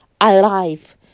alive